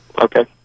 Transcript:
Okay